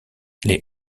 les